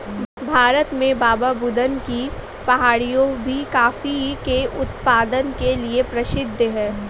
भारत में बाबाबुदन की पहाड़ियां भी कॉफी के उत्पादन के लिए प्रसिद्ध है